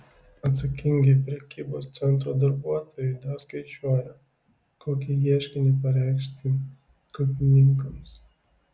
atsakingi prekybos centro darbuotojai dar skaičiuoja kokį ieškinį pareikšti kaltininkams